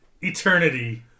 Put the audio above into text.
Eternity